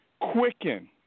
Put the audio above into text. Quicken